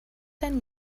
dein